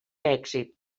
èxit